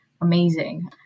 amazing